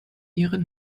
ihre